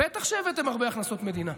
בטח שהבאתם הרבה הכנסות מדינה,